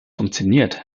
funktioniert